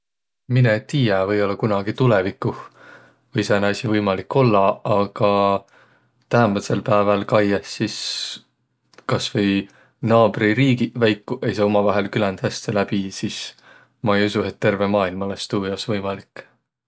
Mineq tiiäq, või-ollaq kunagi tulõviguh või sääne asi võimalik ollaq, aga täämbätsel pääväl kaiõh, sis kasvai naabririigiq väikuq ei saaq umavahel küländ häste läbi, sis ma ei usuq, et terveq maailm olõs tuu jaos võimalik.